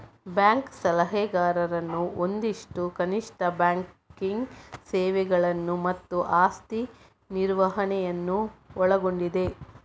bank ಸಲಹೆಗಾರರನ್ನು ಹೊಂದಿದ್ದು ಕನಿಷ್ಠ ಬ್ಯಾಂಕಿಂಗ್ ಸೇವೆಗಳನ್ನು ಮತ್ತು ಆಸ್ತಿ ನಿರ್ವಹಣೆಯನ್ನು ಒಳಗೊಂಡಿದೆ